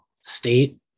state